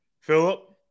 Philip